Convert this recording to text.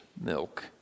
milk